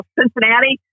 Cincinnati